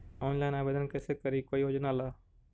Online आवेदन कैसे करी कोई योजना ला?